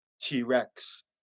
T-Rex